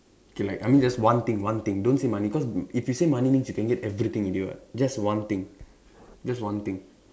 okay like I mean just one thing one thing don't say money cause if you say money means you can get everything already what just one thing just one thing